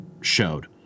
showed